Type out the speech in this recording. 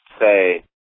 say